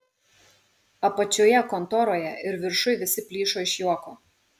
apačioje kontoroje ir viršuj visi plyšo iš juoko